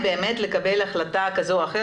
לקבל החלטה כזו או אחרת,